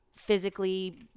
physically